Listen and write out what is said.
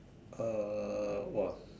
a !wah!